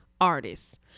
artists